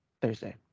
thursday